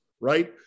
right